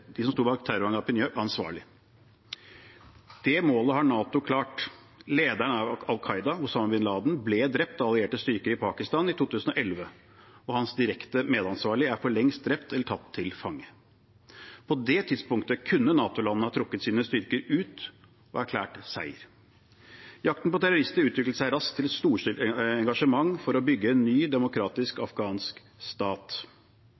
Det målet har NATO nådd. Lederen av Al Qaida, Osama bin Laden, ble drept av allierte styrker i Pakistan i 2011, og hans direkte medansvarlige er for lengst drept eller tatt til fange. På det tidspunktet kunne NATO-landene ha trukket sine styrker ut og erklært seier. Jakten på terrorister utviklet seg raskt til et storstilt engasjement for å bygge en ny, demokratisk afghansk stat.